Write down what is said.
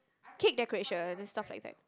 cake decorations and stuff like that